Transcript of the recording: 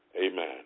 Amen